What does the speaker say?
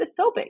dystopic